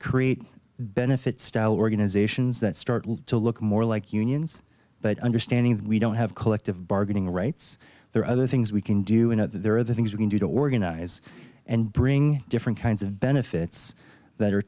create benefits style organisations that start to look more like unions but understanding that we don't have collective bargaining rights there are other things we can do and there are the things you can do to organize and bring different kinds of benefits that are